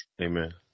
amen